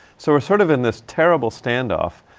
so we're sort of in this terrible standoff,